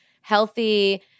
healthy